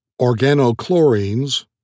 organochlorines